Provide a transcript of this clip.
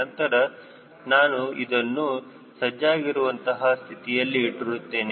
ನಂತರ ನಾನು ಇದನ್ನು ಸಜ್ಜಾಗಿರುವ ಅಂತಹ ಸ್ಥಿತಿಯಲ್ಲಿ ಇರುತ್ತೇನೆ